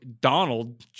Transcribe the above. Donald